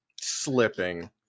slipping